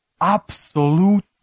absolute